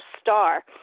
star